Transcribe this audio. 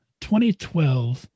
2012